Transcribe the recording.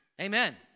Amen